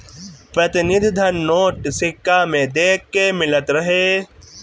प्रतिनिधि धन नोट, सिक्का में देखे के मिलत रहे